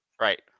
Right